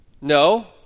No